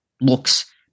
looks